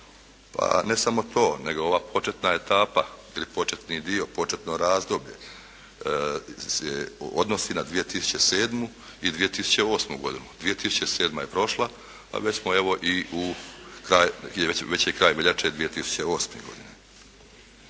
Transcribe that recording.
Ne samo to, nego ova početna etapa ili početni dio, početno razdoblje se odnosi na 2007. i 2008. godinu. 2007. je prošla, a već smo evo i u kraj, već je i kraj veljače 2008. godine.